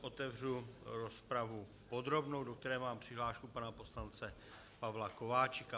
Otevřu rozpravu podrobnou, do které mám přihlášku pana poslance Pavla Kováčika.